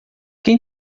quem